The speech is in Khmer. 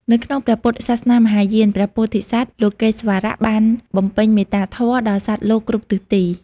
នៅក្នុងព្រះពុទ្ធសាសនាមហាយាន ព្រះពោធិសត្វ លោកេស្វរៈ បានបំពេញមេត្តាធម៌ដល់សត្វលោកគ្រប់ទិសទី។